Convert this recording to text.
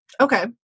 Okay